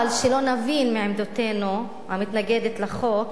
אבל שלא נבין מעמדתנו, המתנגדת לחוק,